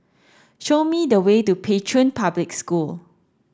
show me the way to Pei Chun Public School